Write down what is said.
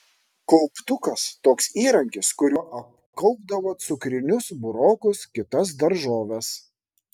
kauptukas toks įrankis kuriuo apkaupdavo cukrinius burokus kitas daržoves